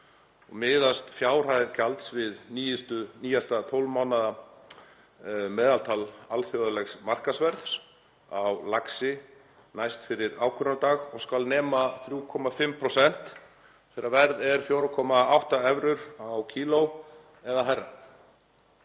miðast fjárhæð gjalds við nýjasta 12 mánaða meðaltal alþjóðlegs markaðsverðs á laxi næst fyrir ákvörðunardag og skal nema 3,5% þegar verð er 4,8 evrur á kíló eða hærra.